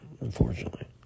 unfortunately